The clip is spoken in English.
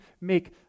make